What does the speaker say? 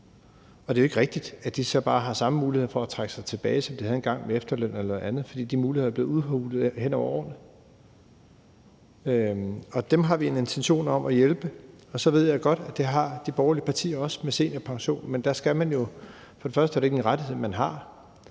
det er jo ikke rigtigt, at de har samme muligheder for at trække sig tilbage, som de havde dengang med efterlønnen eller noget andet, for de muligheder er blevet udhulet hen over årene. Dem har vi en intention om at hjælpe, og så ved jeg godt, at det har de borgerlige også med seniorpensionen, men det er for det første ikke en rettighed, man har,